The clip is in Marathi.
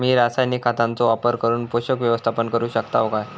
मी रासायनिक खतांचो वापर करून पोषक व्यवस्थापन करू शकताव काय?